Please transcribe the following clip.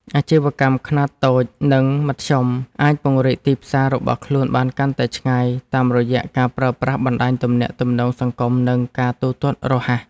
អាជីវកម្មខ្នាតតូច និងមធ្យមអាចពង្រីកទីផ្សាររបស់ខ្លួនបានកាន់តែឆ្ងាយតាមរយៈការប្រើប្រាស់បណ្តាញទំនាក់ទំនងសង្គមនិងការទូទាត់រហ័ស។